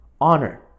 honor